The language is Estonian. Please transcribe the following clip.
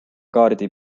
kaardi